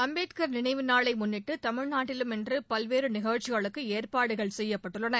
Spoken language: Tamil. அம்பேத்கர் நினைவு நாளை முன்னிட்டு தமிழ்நாட்டிலும் இன்று பல்வேறு நிகழ்ச்சிகளுக்கு ஏற்பாடுகள் செய்யப்பட்டுள்ளன